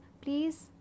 please